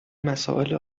مساله